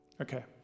Okay